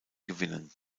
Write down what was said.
gewinnen